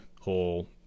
whole